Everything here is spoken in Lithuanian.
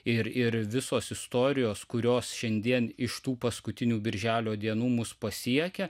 ir ir visos istorijos kurios šiandien iš tų paskutinių birželio dienų mus pasiekia